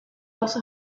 also